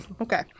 okay